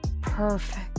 perfect